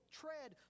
tread